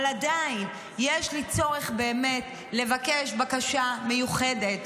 אבל עדיין, יש לי צורך באמת לבקש בקשה מיוחדת.